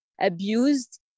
abused